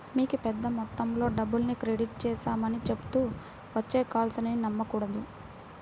మీకు పెద్ద మొత్తంలో డబ్బుల్ని క్రెడిట్ చేశామని చెప్తూ వచ్చే కాల్స్ ని నమ్మకూడదు